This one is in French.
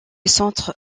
centre